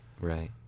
right